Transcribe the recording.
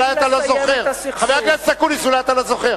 מה נשאר, חבר הכנסת אקוניס, אולי אתה לא זוכר.